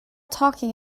talking